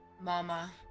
Mama